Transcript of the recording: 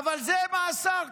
אבל זה מאסר.